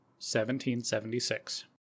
1776